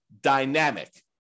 dynamic